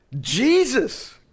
Jesus